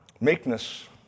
Meekness